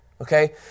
okay